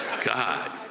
God